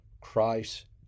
Christ